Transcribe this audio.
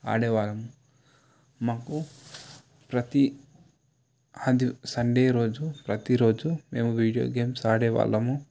ఆడేవాళ్లము మాకు ప్రతి ఆది సండే రోజు ప్రతి రోజు మేము వీడియో గేమ్స్ ఆడేవాళ్లము